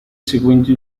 seguenti